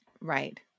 Right